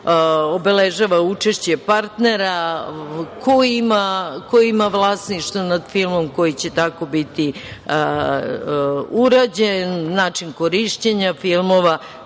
obeležava učešće partnera, ko ima vlasništvo nad filmom koji će tako biti urađen, način korišćenja filmova,